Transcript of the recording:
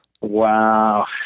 Wow